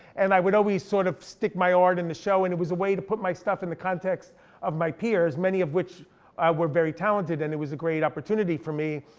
and i would always sort of stick my art in the show and it was a way to put my stuff in the context of my peers, many of which were very talented. and it was a great opportunity for me.